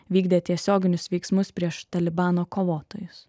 vykdė tiesioginius veiksmus prieš talibano kovotojus